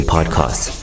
Podcast